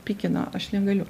pykina aš negaliu